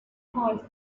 horse